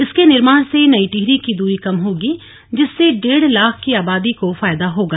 इसके निर्माण से नई टिहरी की दूरी कम होगी जिससे डेढ़ लाख की आबादी को फायदा होगा